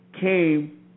came